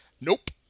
nope